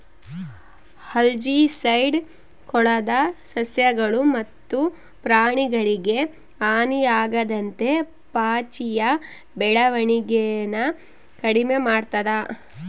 algicide ಕೊಳದ ಸಸ್ಯಗಳು ಮತ್ತು ಪ್ರಾಣಿಗಳಿಗೆ ಹಾನಿಯಾಗದಂತೆ ಪಾಚಿಯ ಬೆಳವಣಿಗೆನ ಕಡಿಮೆ ಮಾಡ್ತದ